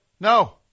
No